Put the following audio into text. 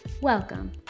Welcome